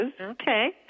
Okay